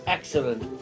Excellent